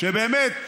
שבאמת,